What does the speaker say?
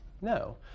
no